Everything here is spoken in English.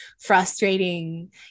frustrating